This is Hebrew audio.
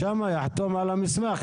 שם יחתום על המסמך.